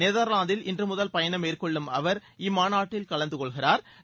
நெதர்லாந்தில் இன்றுமுதல் பயணம்மேற்கொள்ளும் அவர் இம்மாநாட்டில் கலந்த்கொள்கிறாா்